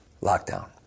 Lockdown